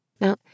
Now